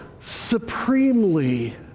supremely